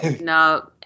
No